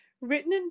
written